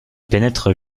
pénètrent